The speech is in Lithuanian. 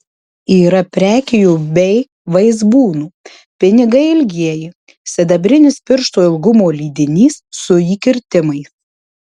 yra prekijų bei vaizbūnų pinigai ilgieji sidabrinis piršto ilgumo lydinys su įkirtimais